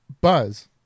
buzz